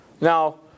Now